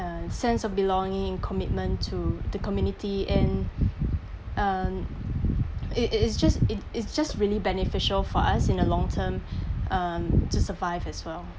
a sense of belonging commitment to the community and uh it it just it it's just really beneficial for us in the long term um to survive as well